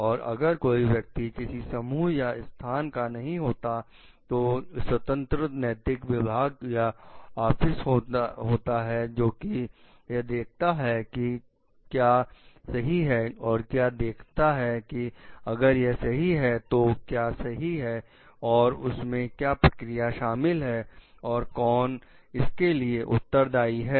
और अगर कोई व्यक्ति किसी समूह या स्थान का नहीं होता है तो स्वतंत्र नैतिक विभाग या ऑफिस होता है जो कि यह देखता है कि क्या सही है और यह देखता है कि अगर यह सही है तो क्या सही है और उसमें क्या प्रक्रिया शामिल है और कौन इसके लिए उत्तरदाई है